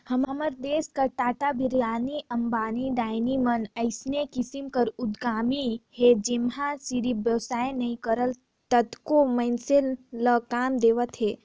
हमर देस कर टाटा, बिरला, अंबानी, अडानी मन अइसने किसिम कर उद्यमी हे जेनहा सिरिफ बेवसाय नी करय कतको मइनसे ल काम देवत हे